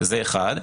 זה דבר אחד.